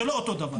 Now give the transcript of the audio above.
זה לא אותו דבר.